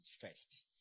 first